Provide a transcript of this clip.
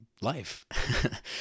life